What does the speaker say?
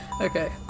Okay